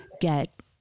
get